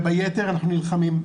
וביתר אנחנו נלחמים.